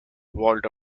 vault